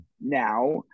now